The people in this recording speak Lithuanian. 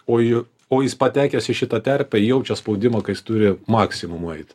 o juk o jis patekęs į šitą terpę jaučia spaudimą kad jis turi maksimumą eit